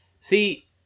See